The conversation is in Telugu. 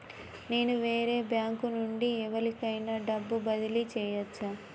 నేను వేరే బ్యాంకు నుండి ఎవలికైనా డబ్బు బదిలీ చేయచ్చా?